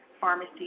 pharmacy